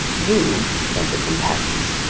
you, if not your companions,